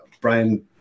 Brian